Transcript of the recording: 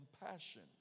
compassion